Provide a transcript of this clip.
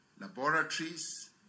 laboratories